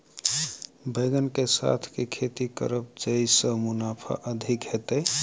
बैंगन कऽ साथ केँ खेती करब जयसँ मुनाफा अधिक हेतइ?